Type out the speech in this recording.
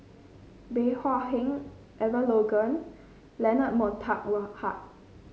Bey Hua Heng Elangovan Leonard Montague Harrod